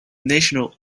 national